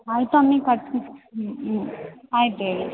ಆಯ್ತು ಅಮ್ಮಿ ಕಟ್ ಊಂ ಊಂ ಆಯ್ತು ಹೇಳಿ